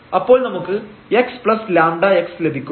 അപ്പോൾ നമുക്ക് xλx ലഭിക്കും